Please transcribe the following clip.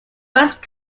first